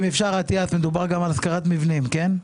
אם אפשר, אטיאס, מדובר גם על השכרת מבנים, כן?